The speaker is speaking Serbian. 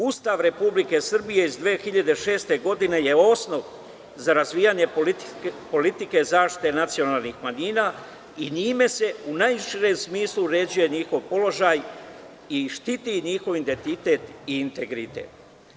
Ustav Republike Srbije iz 2006. godine je osnov za razvijanje politike zaštite nacionalnih manjina i njime se u najširem smislu uređuje njihov položaj i štiti njihov identitet i integritet.